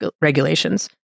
regulations